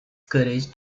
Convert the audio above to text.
courage